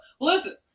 Listen